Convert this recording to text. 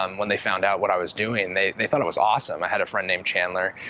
um when they found out what i was doing they they thought it was awesome. i had a friend named chandler,